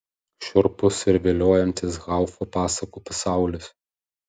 šiurpus ir viliojantis haufo pasakų pasaulis